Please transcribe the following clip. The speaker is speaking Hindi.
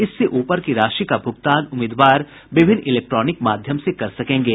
इससे ऊपर की राशि का भुगतान उम्मीदवार विभिन्न इलेक्ट्रॉनिक माध्यम से कर सकेंगे